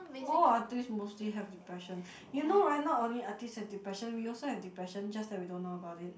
all artist mostly have depression you know [right] not only artist have depression we also have depression just that we don't know about it